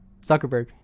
Zuckerberg